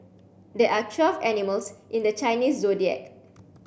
there are twelve animals in the Chinese Zodiac